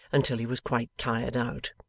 until he was quite tired out.